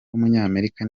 w’umunyamerika